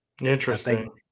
Interesting